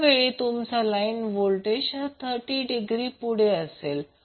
त्यावेळी तुमचा line voltage हा 30 डिग्री पुढे असेल